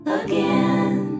again